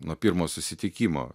nuo pirmo susitikimo